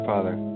Father